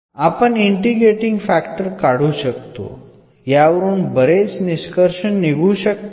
आपण integrating factor काढू शकतो यावरून बरेच निष्कर्ष निघू शकतात